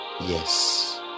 yes